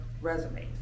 resumes